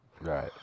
Right